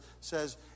says